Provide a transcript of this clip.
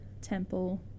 temple